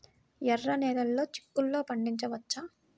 ఎర్ర నెలలో చిక్కుల్లో పండించవచ్చా?